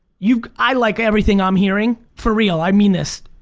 you know i like everything i'm hearing, for real i mean this.